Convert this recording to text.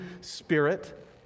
spirit